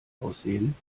aussehen